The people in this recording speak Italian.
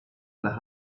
alla